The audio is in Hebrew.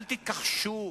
אל תכחשו,